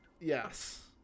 Yes